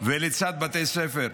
ולצד בתי ספר.